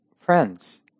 friends